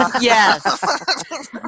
Yes